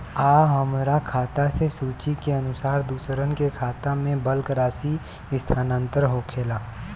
आ हमरा खाता से सूची के अनुसार दूसरन के खाता में बल्क राशि स्थानान्तर होखेला?